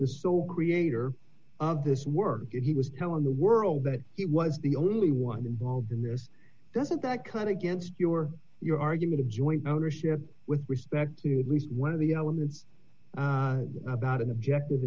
the sole creator of this work and he was telling the world that he was the only one involved in there's doesn't that kind against you or your argument of joint ownership with respect to at least one of the elements about an objective